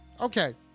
Okay